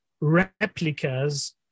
replicas